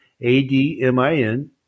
A-D-M-I-N